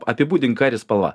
apibūdink karį spalva